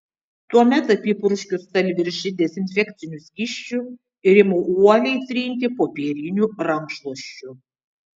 tuomet apipurškiu stalviršį dezinfekciniu skysčiu ir imu uoliai trinti popieriniu rankšluosčiu